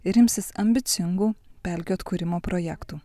ir imsis ambicingų pelkių atkūrimo projektų